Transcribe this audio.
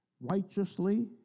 righteously